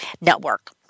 Network